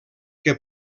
que